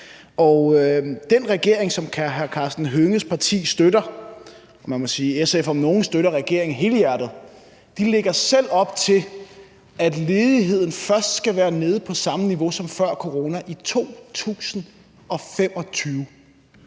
den regering, som hr. Karsten Hønges parti støtter – og man må sige, at SF om nogen støtter regeringen helhjertet – lægger selv op til, at ledigheden først skal være nede på samme niveau som før corona i 2025.